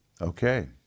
Okay